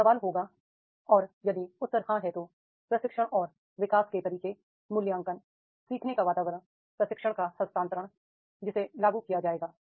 यह सवाल होगा और यदि उत्तर हां है तो प्रशिक्षण और विकास के तरीके मूल्यांकन सीखने का वातावरण प्रशिक्षण का हस्तांतरण जिसे लागू किया जाएगा